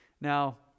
Now